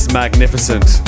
magnificent